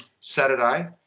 Saturday